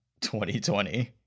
2020